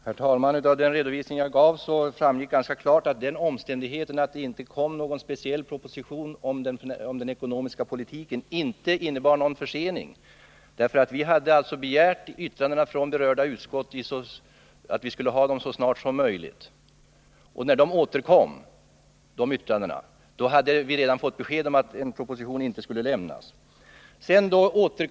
Herr talman! Av den redovisning jag gav framgick ganska klart att den omständigheten att det inte kom någon speciell proposition om den ekonomiska politiken inte innebar någon försening. Vi hade begärt yttranden från berörda utskott och angivit att vi ville ha dem så snart som möjligt. När vi fick dessa yttranden, hade vi redan fått besked om att en proposition inte skulle lämnas.